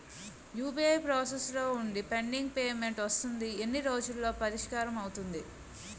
UPI process లో వుంది pending payment వస్తుంది ఎన్ని రోజుల్లో పరిష్కారం అవుతుంది